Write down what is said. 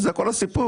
וזהו, זה כל הסיפור.